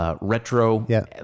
Retro